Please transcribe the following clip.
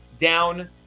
down